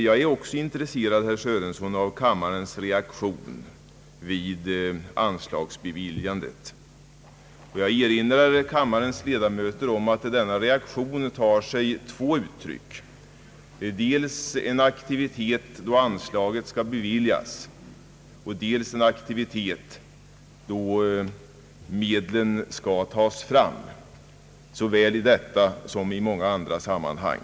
Även jag, herr Sörenson, är intresserad av kammarens reaktion då det blir fråga om att bevilja anslag till NTS. Jag erinrar kammarens ledamöter om att denna reaktion tar sig två uttryck, dels en aktivitet då anslaget skall beviljas, dels en aktivitet då medlen skall tas fram — såväl i detta som i många andra sammanhang.